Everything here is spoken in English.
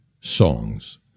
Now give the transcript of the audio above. songs